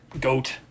Goat